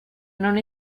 non